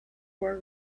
were